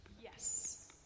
Yes